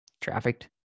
trafficked